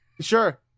Sure